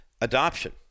adoption